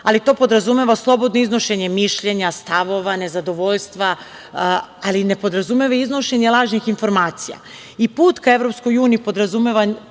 ali to podrazumeva slobodno iznošenje mišljenja, stavova, nezadovoljstva, ali ne podrazumeva iznošenje lažnih informacija. Put ka EU podrazumeva